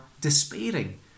despairing